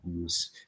use